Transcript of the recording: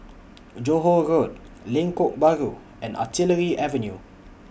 Johore Road Lengkok Bahru and Artillery Avenue